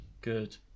good